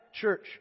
church